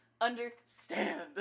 understand